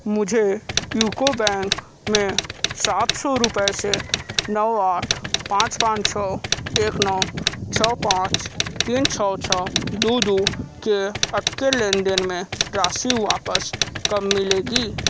मुझे UCO bank में सात सौ रुपये से नौ आठ पाँच पाँच छः एक नौ छः पाँच तीन छः छः दो दो के अटके लेन देन में राशि वापस कब मिलेगी